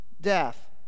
death